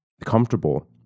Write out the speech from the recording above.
comfortable